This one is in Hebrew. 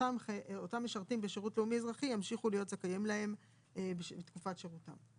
שאותם משרתים בשירות לאומי אזרחי ימשיכו להיות זכאים להם בתקופת שירותם.